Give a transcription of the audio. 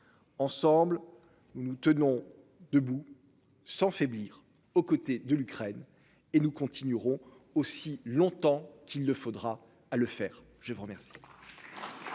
Ensemble, nous tenons debout. Sans faiblir, aux côtés de l'Ukraine et nous continuerons aussi longtemps qu'il le faudra à le faire, je vous remercie.